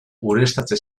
ureztatze